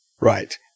Right